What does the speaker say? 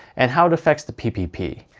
and how it affects the ppp.